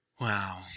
Wow